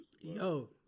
Yo